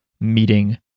meeting